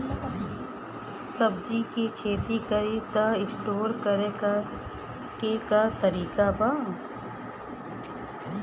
सब्जी के खेती करी त स्टोर करे के का तरीका बा?